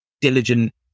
diligent